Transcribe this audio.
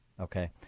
Okay